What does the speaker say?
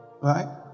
Right